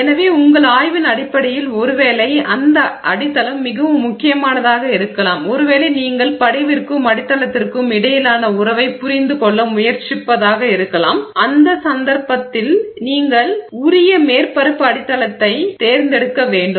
எனவே உங்கள் ஆய்வின் அடிப்படையில் ஒருவேளை அந்த அடித்தளம் மிகவும் முக்கியமானதாக இருக்கலாம் ஒருவேளை நீங்கள் படிவிற்கும் அடித்தளத்திற்கும் இடையிலான உறவைப் புரிந்து கொள்ள முயற்சிப்பதாக இருக்கலாம் அந்த சந்தர்ப்பத்தில் நீங்கள் உரிய தகுந்த மேற்பரப்பு அடித்தளத்தைத் தேர்ந்தெடுக்க வேண்டும்